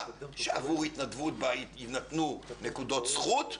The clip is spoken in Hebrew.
שעבור התנדבות בה יינתנו נקודות זכות,